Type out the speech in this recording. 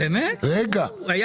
הוא יודע